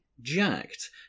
Jacked